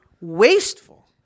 wasteful